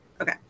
Okay